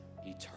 eternal